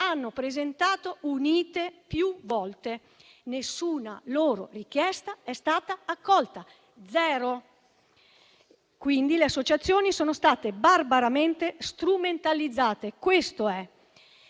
hanno presentato unite più volte. Nessuna loro richiesta è stata accolta: zero. Quindi le associazioni sono state barbaramente strumentalizzate. Stasera